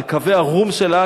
על קווי הרום שלה,